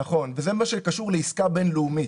נכון וזה מה שקשור לעסקה בינלאומית.